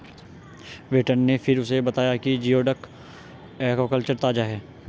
waiter ने फिर उसे बताया कि जिओडक एक्वाकल्चर ताजा है